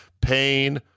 pain